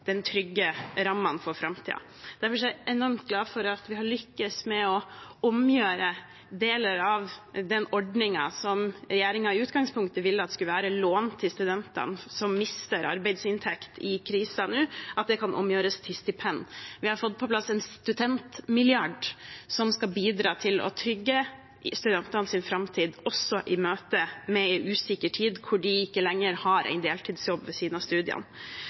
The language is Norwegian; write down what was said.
den ordningen som regjeringen i utgangspunktet ville skulle være lån til de studentene som nå mister arbeidsinntekt i krisen, til stipend. Vi har fått på plass en studentmilliard som skal bidra til å trygge studentenes framtid også i møte med en usikker tid, der de ikke lenger har en deltidsjobb ved siden av studiene.